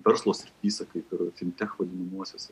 verslo srityse kaip ir fintech vadinamuosiuose